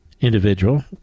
individual